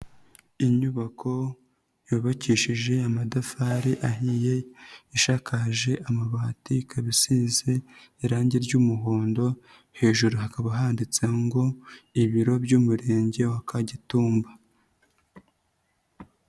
Inyubako yubakishije amadafari ahiye, ishakaje amabati, ikaba isize irangi ry'umuhondo, hejuru hakaba handitseho ngo "Ibiro by'Umurenge wa Kagitumba".